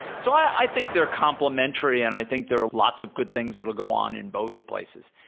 so i think they're complementary and i think there are lots of good things that'll go on in both places.